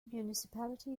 municipality